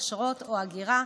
אשרות או הגירה,